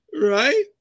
Right